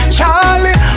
Charlie